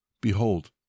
Behold